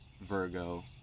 Virgo